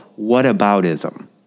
whataboutism